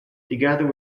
together